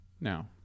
now